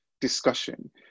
discussion